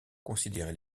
considéré